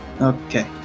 Okay